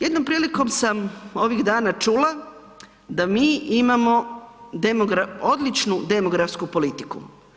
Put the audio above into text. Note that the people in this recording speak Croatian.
Jednom prilikom sam ovih dana čula da mi imamo odličnu demografsku politiku.